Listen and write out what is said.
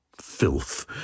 filth